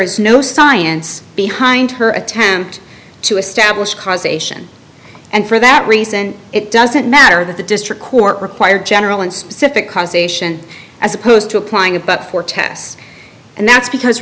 is no science behind her attempt to establish causation and for that reason it doesn't matter that the district court required general and specific conservation as opposed to applying about four tests and that's because